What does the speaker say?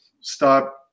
stop